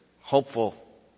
hopeful